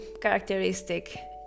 characteristic